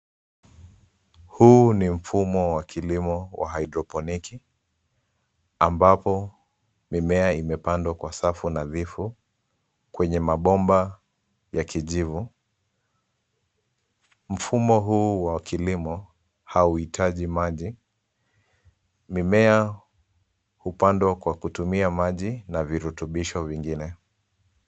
Huu ni mfumo wa kilimo wa hydroponic , ambapo mimea imepandwa kwa safu nadhifu, kwenye mabomba ya kijivu. Mfumo huu wa kilimo, hauhitaji maji. Mimea hupandwa kwa kutumia maji na virutubisho vingine.